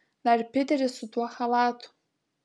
dar piteris su tuo chalatu